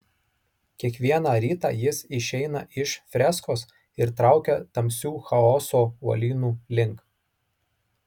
kiekvieną rytą jis išeina iš freskos ir traukia tamsių chaoso uolynų link